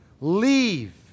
Leave